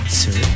sir